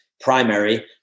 primary